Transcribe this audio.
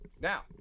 now